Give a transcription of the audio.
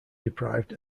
deprived